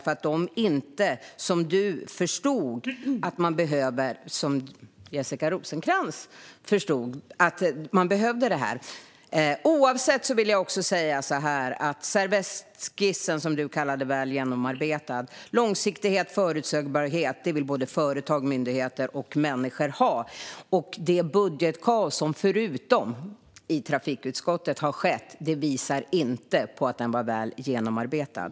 Förstod de inte, som du gjorde, att man behövde detta? Oavsett detta vill jag säga något om den servettskiss som du kallade genomarbetad. Långsiktighet och förutsägbarhet vill såväl företag som myndigheter och människor ha. Det budgetkaos som inte bara har rått i trafikutskottet visar inte på att den var väl genomarbetad.